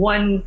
One